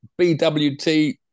BWT